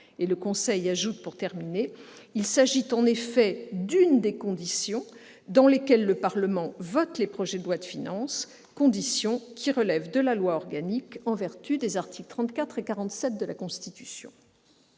sur la fin de cette pratique. Il s'agit en effet d'une des conditions dans lesquelles le Parlement vote les projets de loi de finances, conditions qui relèvent de la loi organique en vertu des articles 34 et 47 de la Constitution.